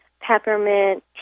peppermint